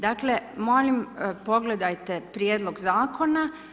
Dakle, molim pogledajte prijedlog zakona.